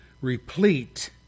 replete